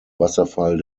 wasserfall